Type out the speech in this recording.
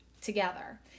together